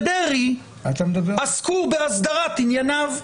ודרעי עסקו בהסדרת ענייניו.